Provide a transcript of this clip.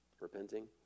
repenting